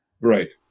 Right